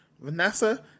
Vanessa